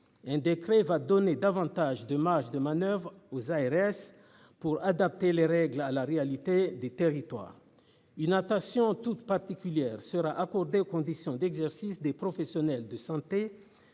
Un décret va donner davantage de marge de manoeuvre aux ARS pour adapter les règles à la réalité des territoires il natation toute particulière sera accordée aux conditions d'exercice des professionnels de santé,